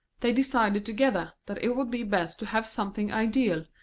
they decided together that it would be best to have something ideal,